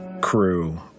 crew